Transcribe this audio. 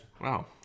Wow